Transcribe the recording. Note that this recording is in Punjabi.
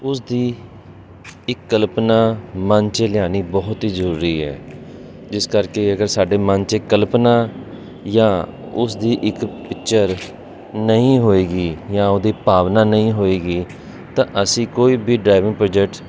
ਉਸਦੀ ਇੱਕ ਕਲਪਨਾ ਮਨ 'ਚ ਲਿਆਉਣੀ ਬਹੁਤ ਹੀ ਜ਼ਰੂਰੀ ਹੈ ਜਿਸ ਕਰਕੇ ਅਗਰ ਸਾਡੇ ਮਨ 'ਚ ਕਲਪਨਾ ਜਾਂ ਉਸ ਦੀ ਇੱਕ ਪਿਕਚਰ ਨਹੀਂ ਹੋਏਗੀ ਜਾਂ ਉਹਦੀ ਭਾਵਨਾ ਨਹੀਂ ਹੋਏਗੀ ਤਾਂ ਅਸੀਂ ਕੋਈ ਵੀ ਡਰਾਈਵਿੰਗ ਪ੍ਰੋਜੈਕਟ